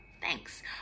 thanks